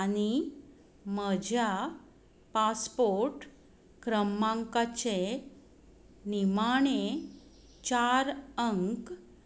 आनी म्हज्या पासपोर्ट क्रमांकाचे निमाणें चार अंक